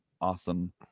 awesome